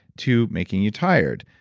to making you tired.